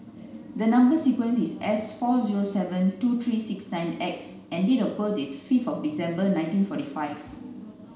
the number sequence is S four zero seven two three six nine X and date of birth is fifth of December nineteen forty five